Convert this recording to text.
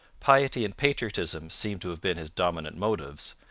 piety and patriotism seem to have been his dominant motives,